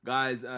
Guys